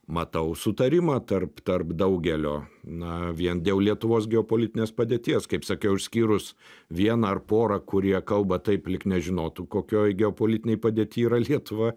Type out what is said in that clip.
matau sutarimą tarp tarp daugelio na vien dėl lietuvos geopolitinės padėties kaip sakiau išskyrus vieną ar porą kurie kalba taip lyg nežinotų kokioj geopolitinėj padėty yra lietuva